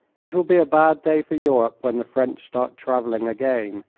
it will be a bad day for europe when the french start travelling again,